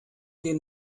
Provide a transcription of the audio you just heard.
den